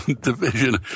division